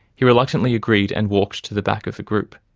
he reluctantly agreed, and walked to the back of the group.